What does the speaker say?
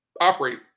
operate